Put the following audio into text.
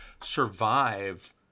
survive